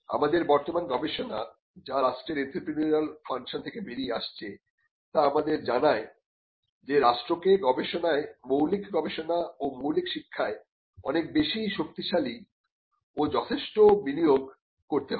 আমাদের বর্তমান গবেষণা যা রাষ্ট্রের এন্ত্রেপ্রেনিউরিয়াল ফাংশন থেকে বেরিয়ে আসছে তা আমাদের জানায় যে রাষ্ট্রকে গবেষণায় মৌলিক গবেষণা ও মৌলিক শিক্ষায় অনেক বেশী শক্তিশালী ও যথেষ্ট বিনিয়োগ করতে হবে